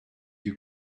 you